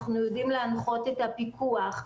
את הפיקוח,